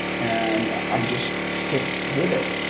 and i just stick with it.